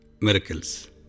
miracles